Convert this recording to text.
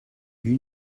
you